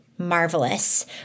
Marvelous